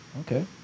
Okay